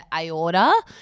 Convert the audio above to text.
aorta